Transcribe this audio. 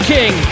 King